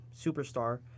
superstar